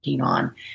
on